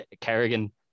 Kerrigan